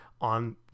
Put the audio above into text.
on